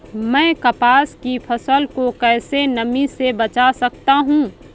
मैं कपास की फसल को कैसे नमी से बचा सकता हूँ?